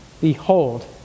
behold